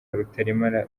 rutaremara